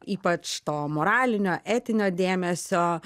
ypač to moralinio etinio dėmesio